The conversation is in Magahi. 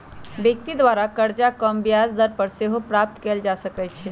व्यक्ति द्वारा करजा कम ब्याज दर पर सेहो प्राप्त कएल जा सकइ छै